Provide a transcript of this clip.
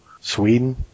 Sweden